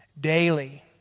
daily